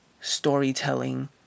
storytelling